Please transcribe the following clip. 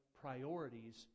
priorities